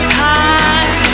time